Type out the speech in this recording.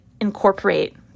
incorporate